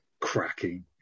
cracking